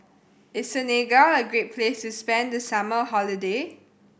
is Senegal a great place to spend the summer holiday